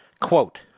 Quote